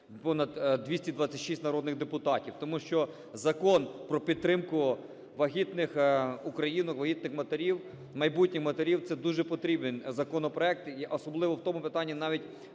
понад 226 народних депутатів. Тому що Закон про підтримку вагітних українок, вагітних матерів, майбутніх матерів – це дуже потрібний законопроект, особливо в тому питанні… навіть